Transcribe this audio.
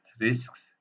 risks